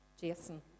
Jason